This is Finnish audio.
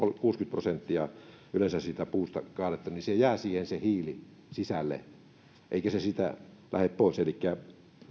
prosenttia yleensä siitä puusta kaadettuna ja se hiili jää siihen sisälle eikä se siitä lähde pois elikkä